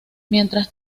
mientras